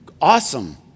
Awesome